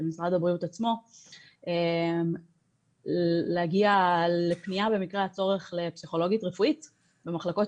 של משרד הבריאות עצמו להגיע לפניה במקרה הצורך לפסיכולוגית רפואית במחלקות